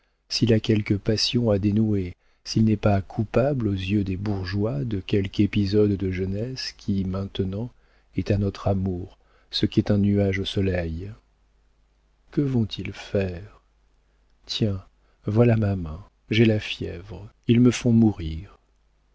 s'il a quelque passion à dénouer s'il n'est pas coupable aux yeux des bourgeois de quelque épisode de jeunesse qui maintenant est à notre amour ce qu'est un nuage au soleil que vont-ils faire tiens voilà ma main j'ai la fièvre ils me feront mourir